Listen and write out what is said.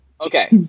Okay